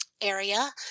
area